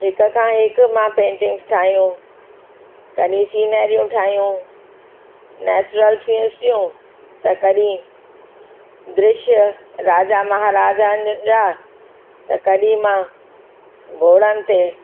हिक खां हिक मां पेंटिंग्स ठाहियूं कॾहिं सीनरियूं ठाहियूं नेचुरल सीन्स जूं त कॾहिं दृश्य राजा महाराजान जा त कॾहिं मां घोड़नि ते